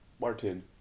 Martin